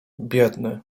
biedny